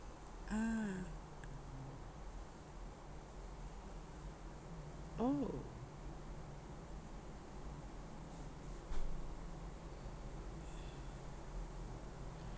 ah oh